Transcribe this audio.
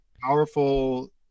powerful